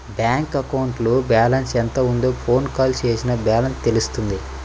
bank అకౌంట్లో balance ఎంత ఉందో ఫోన్ కాల్ చేసినా బ్యాలెన్స్ తెలుస్తుంది